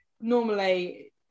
normally